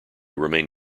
remain